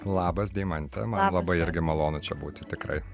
labas deimante labai irgi malonu čia būti tikrai